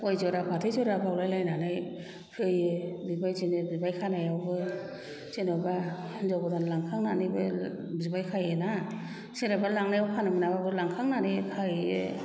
गय जरा फाथै जरा बावलायलायनानै होयो बे बिदिनो बिबाय खानायावबो जेन'बा हिनजाव गोदान लांखांनानैबो बिबाय खायोना सोरहाबा लांनायाव खानो मोनाबाबो लांखांनानै खाहैयो